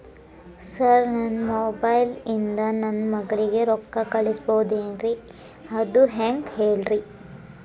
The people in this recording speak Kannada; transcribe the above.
ಸರ್ ನನ್ನ ಮೊಬೈಲ್ ಇಂದ ನನ್ನ ಮಗಳಿಗೆ ರೊಕ್ಕಾ ಕಳಿಸಬಹುದೇನ್ರಿ ಅದು ಹೆಂಗ್ ಹೇಳ್ರಿ